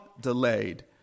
delayed